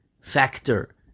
factor